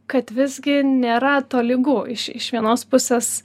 kad visgi nėra tolygu iš iš vienos pusės